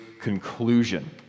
conclusion